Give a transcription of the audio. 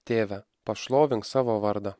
tėve pašlovink savo vardą